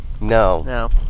No